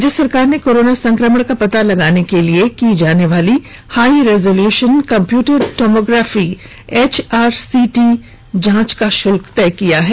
राज्य सरकार ने कोरोना संक्रमण का पता लगाने के लिए की जाने वाली high resolution computed tomography HRCT जांच का शुल्क तय कर दिया है